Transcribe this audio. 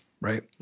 right